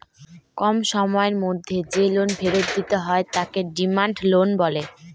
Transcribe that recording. কম সময়ের মধ্যে যে লোন ফেরত দিতে হয় তাকে ডিমান্ড লোন বলে